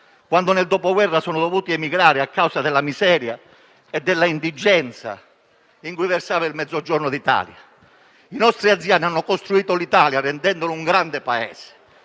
quando nel dopoguerra sono dovuti emigrare a causa della miseria e dell'indigenza in cui versava il Mezzogiorno d'Italia. I nostri anziani hanno costruito l'Italia rendendola un grande Paese;